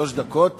שלוש דקות